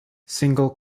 single